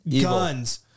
Guns